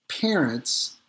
parents